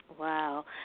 Wow